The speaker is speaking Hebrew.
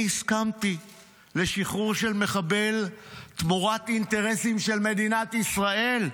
אני הסכמתי לשחרור של מחבל תמורת אינטרסים של מדינת ישראל.